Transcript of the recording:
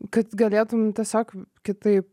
kad galėtum tiesiog kitaip